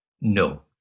No